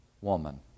woman